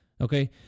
Okay